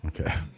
Okay